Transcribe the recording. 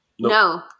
No